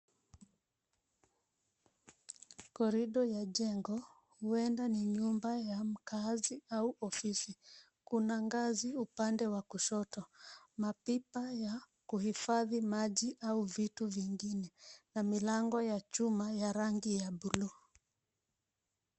Korido ya jengo, huendi na nyumba ya mkaaji au ofisi. Kuna ngazi upande wa kushoto. Mapipa ya kuhifadhi maji au vitu vingine na milango ya chuma ya rangi ya buluu.